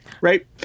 right